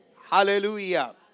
Hallelujah